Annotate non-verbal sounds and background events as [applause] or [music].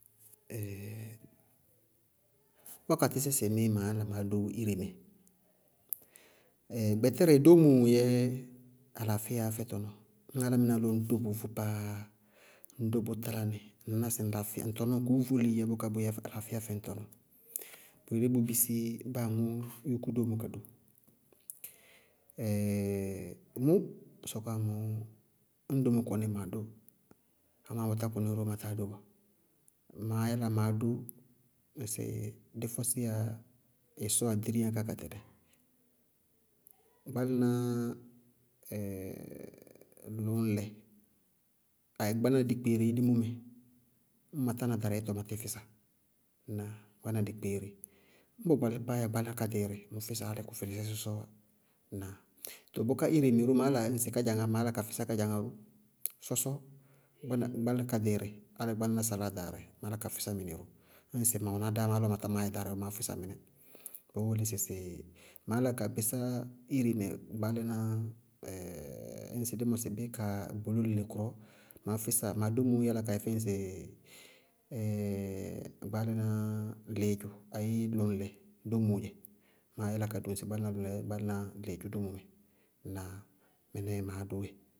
[hesitation] wákatɩsɛ sɩɩmíí maá yála maá dó iremɛ? [hesitation] gbɛtɛrɛ dómo yɛ alaafɩyaá yá fɛ tɔnɔɔ, ñŋ álámɩná lɔ ŋñ dó bʋʋvʋ páá ŋñ dó bʋʋ talá nɩ, ŋñná sɩ ŋŋlaafíya ŋtɔnɔɔ kʋʋ vóli níí yá bʋká bʋyɛ alaafíya fɛ ɖ tɔnɔɔ. Bʋyelé bʋ bisí báa aŋʋʋ yúkú dómo ka do. [hesitation] mʋʋ sɔkɔwa mɔɔ, ñŋ dómo kɔnɩɩ maá dó, amá ñŋ bʋtá kɔnɩ ɔɔ, matáa dó bɔɔ. Maá yála maá dó ŋsɩ dí fɔsíyá ɩsɔɔ aɖiriiyáŋkaá ka tɛlɩ, gbaálaná [hesitation] lʋŋlɛ ayéé gbaálaná dikpeere ilimó ñka, ñŋ ma tána darɩ yɛtɔ ma tíɩ físa. Ŋnáa? Gbaáná dikpeere, ñŋ kʋ gbalí kpaá yɛ gbaálaná kádɩɩrɩ, ɩɩ físa álɩ kʋ fɩlɩ sɔsɔ na tɔɔ bʋká ire mɛ ró maá yála ŋsɩ kádzaŋá maá yála ka físá kádzaŋá ma bʋʋ, sɔsɔ gbaáná- gbaálaná kádɩɩrɩ álɩ gbaálaná saláa daarɩ, maá yála ka físá mɩnɛ ró, ñŋsɩ ma wɛná dáámá lɔ matá maá yɛ darɩ bɔɔ maá yála ka fɩsá mɩnɛ. Bʋʋ wʋlí sɩsɩ maá yála ka físá ire mɛ ŋ gbaálaná bʋkaa ñŋsɩ bá mɔsɩ bí ka gboló lelekʋrɔ, maá físa, ma domóo yála ka fɛsí sɩsɩ [hesitation] gbaálaná lɩɩdzʋ ayéé lʋŋlɛ domóo dzɛ, maá yála ka do ŋsɩ gbaálaná lʋŋlɛ ayéé lɩɩdzʋ dómo mɛ. Ŋnáa? Mɩnɛɛ maá dóó wɛ.